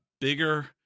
bigger